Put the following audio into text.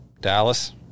Dallas